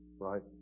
right